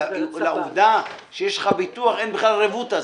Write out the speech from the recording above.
לעובדה שיש לך ביטוח אין בכלל רבותא,